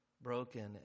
broken